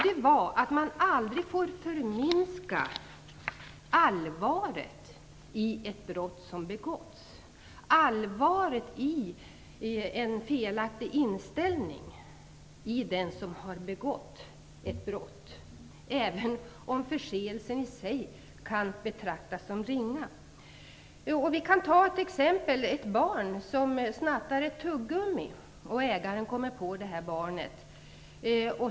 Det var att man aldrig får förringa allvaret i ett brott som begåtts, allvaret i en felaktig inställning till den som har begått ett brott, även om förseelsen i sig kan betraktas som ringa. Vi kan ta ett exempel. Ett barn snattar tuggummi, och ägaren kommer på det här barnet.